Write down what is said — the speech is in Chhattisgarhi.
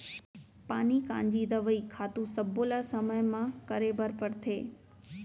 पानी कांजी, दवई, खातू सब्बो ल समे म करे बर परथे